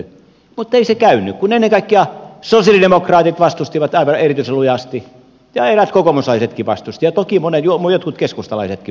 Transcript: mutta ei se käynyt kun ennen kaikkea sosialidemokraatit vastustivat aivan erityisen lujasti ja eräät kokoomuslaisetkin vastustivat ja toki jotkut keskustalaisetkin vastustivat